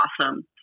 awesome